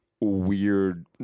Weird